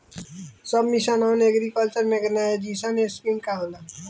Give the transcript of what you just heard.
सब mission on agriculture mechanisation scheme का होला?